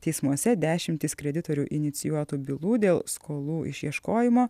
teismuose dešimtys kreditorių inicijuotų bylų dėl skolų išieškojimo